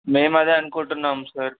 మేము అదే అనుకుంటున్నాం సార్